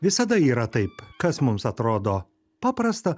visada yra taip kas mums atrodo paprasta